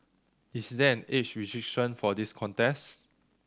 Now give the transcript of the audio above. is there an age restriction for this contest